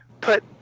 put